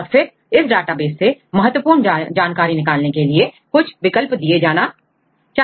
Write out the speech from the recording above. और फिर इस डेटाबेस से महत्वपूर्ण जानकारी निकालने के लिए कुछ विकल्प दिए जाना चाहिए